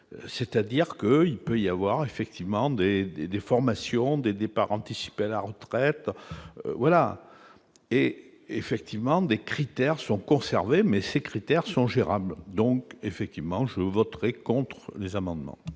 c'est-à-dire que il peut y avoir effectivement des des déformations, des départs anticipés à la retraite, voilà et effectivement des critères sont conservées, mais ces critères sont gérables, donc effectivement je voterai contre les amendements.